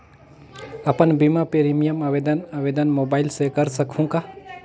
अपन बीमा प्रीमियम आवेदन आवेदन मोबाइल से कर सकहुं का?